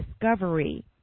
discovery